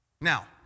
Now